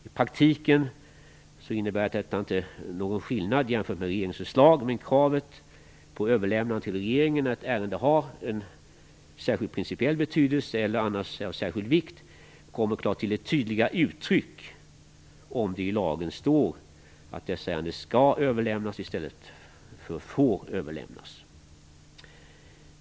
I praktiken innebär detta inte någon skillnad jämfört med regeringens förslag, men kravet på överlämnande till regeringen när ett ärenden har principiell betydelse eller annars är av särskild vikt kommer till tydligare uttryck om det i lagen står att dessa ärenden "skall" överlämnas i stället för att de "får" överlämnas.